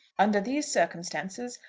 under these circumstances,